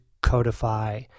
codify